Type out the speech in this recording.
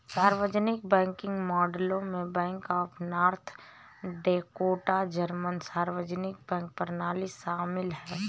सार्वजनिक बैंकिंग मॉडलों में bank of North Dakota German सार्वजनिक बैंक प्रणाली शामिल है